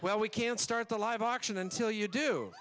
well we can't start the live auction until you do